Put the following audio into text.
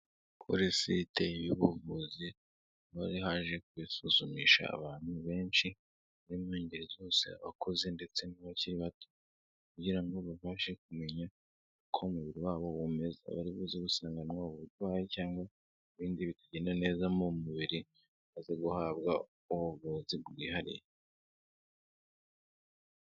Kuri site y'ubuvuzi, hari haje kwisuzumisha abantu benshi, bari mu ngeri zose abakuze ndetse n'abakiri bato kugira ngo babashe kumenya uko umubiri wabo umeze, bari buze gusangwamo ubu uburwayi cyangwa ibindi bitagenda neza mu mubiri, baze guhabwa ubuvuzi bwihariye.